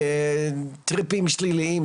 טריפים שליליים,